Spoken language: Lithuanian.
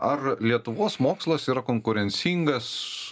ar lietuvos mokslas yra konkurencingas